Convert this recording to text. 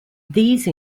these